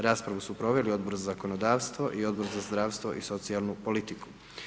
Raspravu su proveli Odbor za zakonodavstvo i Odbor za zdravstvo i socijalnu politiku.